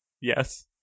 Yes